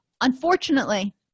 Unfortunately